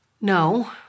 No